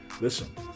listen